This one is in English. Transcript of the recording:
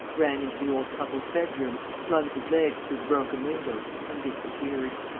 ran into the old couple's bedroom, flung his legs through the broken window and disappeared.